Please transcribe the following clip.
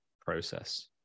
process